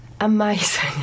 Amazing